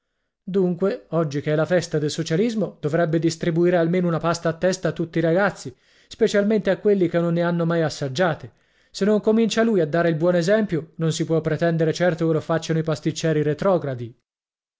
dunque oggi che è la festa del socialismo dovrebbe distribuire almeno una pasta a testa a tutti i ragazzi specialmente a quelli che non ne hanno mai assaggiate se non comincia lui a dare il buon esempio non si può pretendere certo che lo facciano i pasticcieri retrogradi